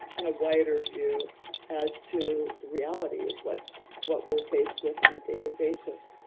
and a wider view as to the reality of what's what we're faced with on a daily basis.